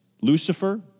Lucifer